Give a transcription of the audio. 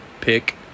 pick